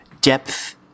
depth